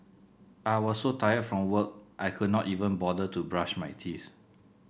I was so tired from work I could not even bother to brush my teeth